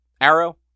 arrow